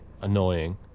annoying